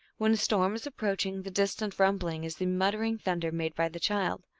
when a storm is approaching, the distant rumbling is the mut tering thunder made by the child,